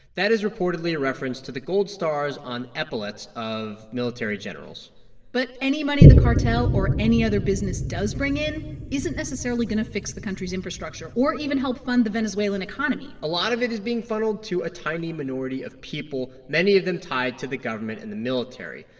that is reportedly a reference to the gold stars on epaulets of military generals but any money the cartel or any other business does bring in isn't necessarily going to fix the country's infrastructure or even help fund the venezuelan economy a lot of it is being funneled to a tiny minority of people, many of them tied to the government and the military.